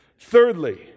Thirdly